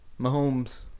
Mahomes